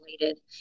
related